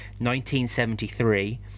1973